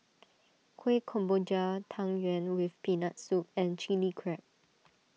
Kueh Kemboja Tang Yuen with Peanut Soup and Chili Crab